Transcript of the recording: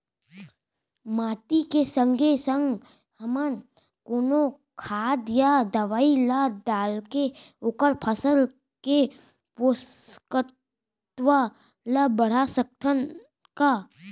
माटी के संगे संग हमन कोनो खाद या दवई ल डालके ओखर फसल के पोषकतत्त्व ल बढ़ा सकथन का?